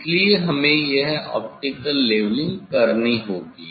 इसलिए हमें यह ऑप्टिकल लेवलिंग करनी होगी